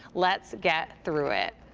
let's get through it.